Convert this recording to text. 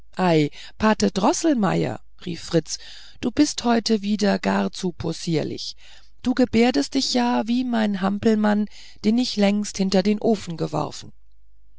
pate droßelmeier rief fritz du bist heute wieder auch gar zu possierlich du gebärdest dich ja wie mein hampelmann den ich längst hinter den ofen geworfen